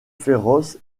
féroce